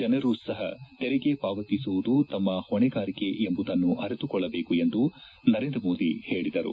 ಜನರೂ ಸಹ ತೆರಿಗೆ ಪಾವತಿಸುವುದು ತಮ್ನ ಹೊಣೆಗಾರಿಕೆ ಎಂಬುದನ್ನು ಅರಿತುಕೊಳ್ಳಬೇಕೆಂದು ನರೇಂದ್ರಮೋದಿ ಹೇಳದರು